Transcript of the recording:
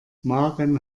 maren